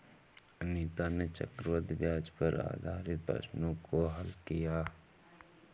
अनीता ने चक्रवृद्धि ब्याज पर आधारित प्रश्नों को हल किया